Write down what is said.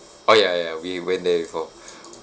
oh ya ya we went there before